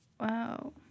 Wow